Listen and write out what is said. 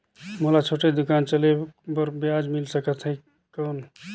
मोला छोटे दुकान चले बर ब्याज मिल सकत ही कौन?